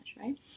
right